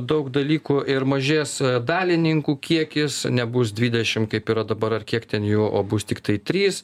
daug dalykų ir mažės dalininkų kiekis nebus dvidešim kaip yra dabar ar kiek ten jų o bus tiktai trys